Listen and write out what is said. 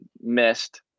missed